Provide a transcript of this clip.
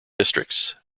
districts